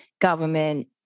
government